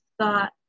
thought